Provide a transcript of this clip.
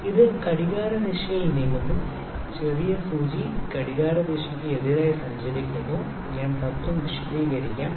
ഇത് ഘടികാരദിശയിൽ നീങ്ങുന്നു ചെറിയ സൂചി ഘടികാരദിശയ്ക്ക് എതിരായി സഞ്ചരിക്കുന്നു ഞാൻ തത്ത്വം വിശദീകരിക്കാം